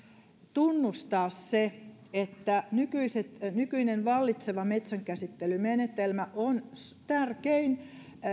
tunnustaa että nykyinen vallitseva metsänkäsittelymenetelmä on tärkein